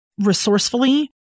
resourcefully